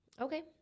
okay